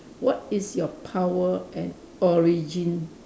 what is your power and origin